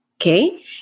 Okay